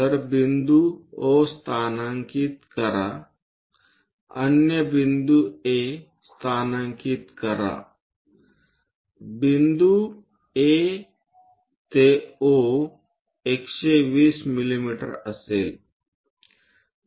तर बिंदू O स्थानांकित कराअन्य बिंदू A स्थानांकित करा बिंदू A ते O 120 मिमी असेल